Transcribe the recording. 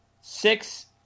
Six –